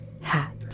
Hat